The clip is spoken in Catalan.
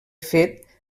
fet